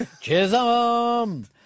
Chisholm